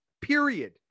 period